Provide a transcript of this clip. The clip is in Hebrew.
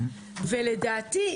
לדעתי,